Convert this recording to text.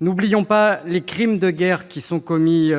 N'oublions pas les crimes de guerre qui sont commis